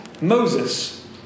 Moses